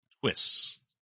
twists